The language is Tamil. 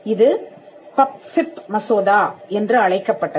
இது பப்ஃபிப் மசோதா என்று அழைக்கப்பட்டது